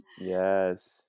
Yes